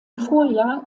vorjahr